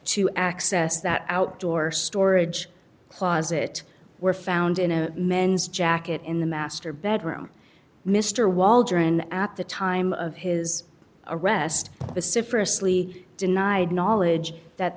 to access that outdoor storage closet were found in a men's jacket in the master bedroom mr waldron at the time of his arrest pacificus lee denied knowledge that